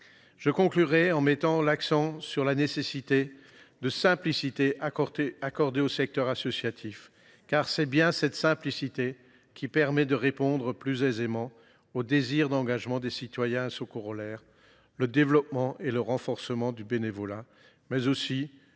Je conclurai en mettant l’accent sur la nécessaire simplicité en faveur du secteur associatif, car c’est bien elle qui permet de répondre plus aisément au désir d’engagement des citoyens et à ses corollaires, le développement et le renforcement du bénévolat, mais aussi,